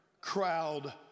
crowd